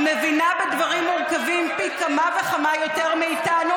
היא מבינה בדברים מורכבים פי כמה וכמה יותר מאיתנו,